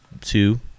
two